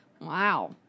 Wow